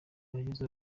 abagize